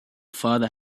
father